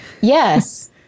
Yes